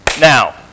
Now